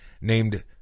named